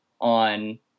on